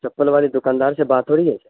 چپل والے دکاندار سے بات ہو رہی ہے